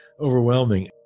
Overwhelming